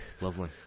Lovely